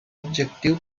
objectiu